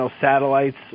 satellites